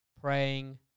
praying